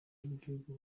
w’igihugu